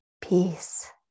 peace